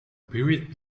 period